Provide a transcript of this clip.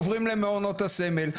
עוברים למעונות הסמל.